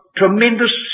tremendous